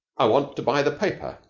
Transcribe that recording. i want to buy the paper,